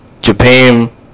Japan